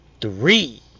three